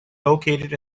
located